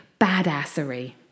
Badassery